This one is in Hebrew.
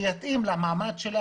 טיפול שיתאים למעמד שלה.